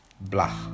blah